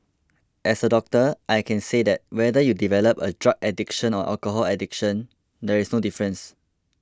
as a doctor I can say that whether you develop a drug addiction or alcohol addiction there is no difference